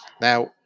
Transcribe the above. Now